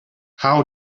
how